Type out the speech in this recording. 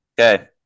Okay